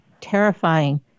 terrifying